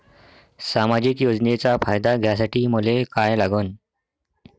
सामाजिक योजनेचा फायदा घ्यासाठी मले काय लागन?